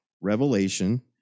Revelation